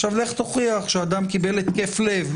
עכשיו לך תוכיח שאדם קיבל התקף לב.